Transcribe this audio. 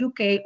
UK